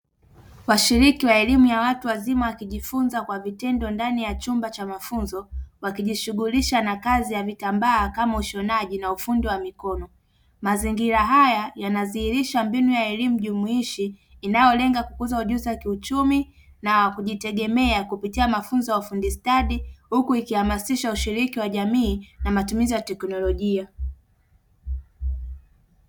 Washiriki wa elimu ya watu wazima wakishiriki kwa vitendo ndani ya chumba cha mafunzo, wakijishughulisha na kazi ya vitambaa kama ushonaji na ufundi wa mikono mazingira haya yanadhihirisha mbinu ya elimu jumuishi inayolenga kukuza ujuzi wa kiuchumi na kujitegemea kupitia mafunzo ya ufundi stadi, huku ikihamasisha ushiriki wa jamii na matumizi ya teknolojia.